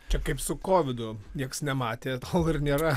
čia kaip su kovidu nieks nematė tol ir nėra